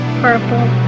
purple